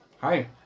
Hi